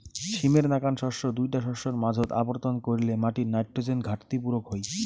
সীমের নাকান শস্য দুইটা শস্যর মাঝোত আবর্তন কইরলে মাটির নাইট্রোজেন ঘাটতি পুরুক হই